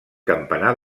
campanar